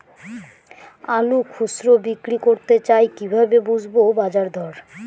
আলু খুচরো বিক্রি করতে চাই কিভাবে বুঝবো বাজার দর?